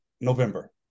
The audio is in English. November